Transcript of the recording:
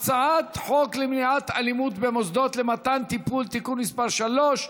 הצעת חוק התגמולים לנפגעי פעולות איבה (תיקון מס' 35),